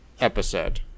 episode